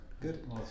Good